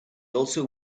also